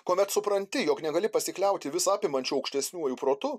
kuomet supranti jog negali pasikliauti visa apimančiu aukštesniuoju protu